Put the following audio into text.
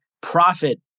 profit